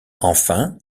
enfin